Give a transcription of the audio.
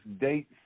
dates